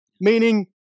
Meaning